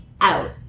out